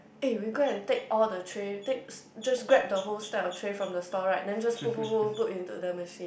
eh we go and take all the tray takes just grab the whole stack of tray from the store right then just put put put put into the machine